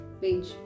page